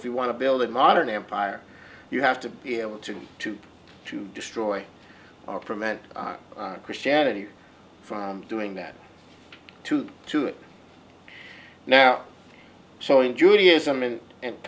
if you want to build a modern empire you have to be able to to to destroy or prevent christianity from doing that to two it now showing judaism in and